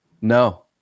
No